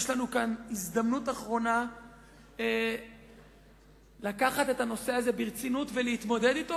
יש לנו כאן הזדמנות אחרונה לקחת את הנושא הזה ברצינות ולהתמודד אתו,